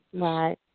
Right